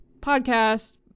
podcast